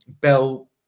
Bell